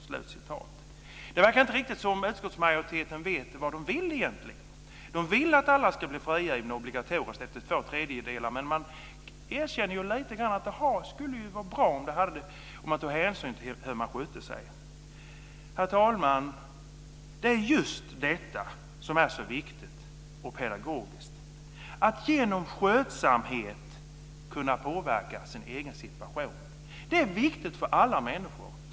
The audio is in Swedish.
Det verkar inte som om utskottsmajoriteten riktigt vet vad de vill. De vill att alla ska bli frigivna obligatoriskt efter två tredjedelar av tiden, men man erkänner att det skulle vara bra om man tog hänsyn till hur man sköter sig. Herr talman! Det är just detta som är så viktigt och pedagogiskt: att genom skötsamhet kunna påverka sin egen situation. Det är viktigt för alla människor.